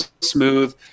smooth